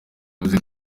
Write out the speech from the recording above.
yavuze